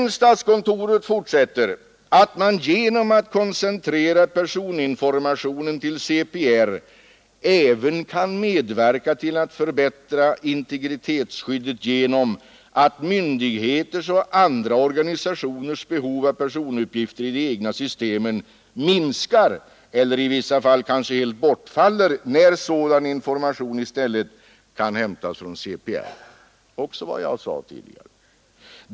Och statskontoret fortsätter: ”Härtill kommer att man genom att koncentrera personinformation till CPR även kan medverka till att förbättra integritetsskyddet genom att myndigheters och andra organisationers behov av personuppgifter i de egna systemen minskar eller i vissa fall kanske helt bortfaller när sådan information i stället kan hämtas från CPR.” Det är också vad jag sade tidigare.